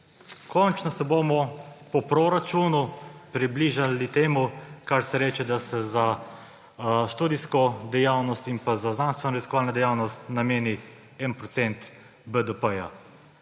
končno se bomo po proračunu približali temu, čemur se reče, da se za študijsko dejavnost in za znanstvenoraziskovalno dejavnost nameni 1 % BDP.